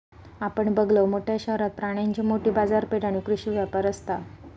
आपण बघलव, मोठ्या शहरात प्राण्यांची मोठी बाजारपेठ आणि कृषी व्यापार असता